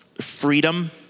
freedom